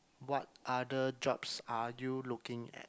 what other jobs are you looking at